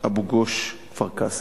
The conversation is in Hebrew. אבו-גוש, כפר-קאסם,